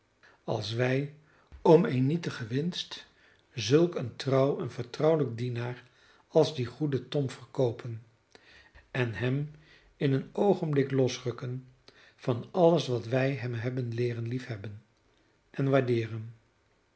als wij om eene nietige winst zulk een trouw en vertrouwelijk dienaar als dien goeden tom verkoopen en hem in een oogenblik losrukken van alles wat wij hem hebben leeren liefhebben en waardeeren